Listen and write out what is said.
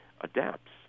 adapts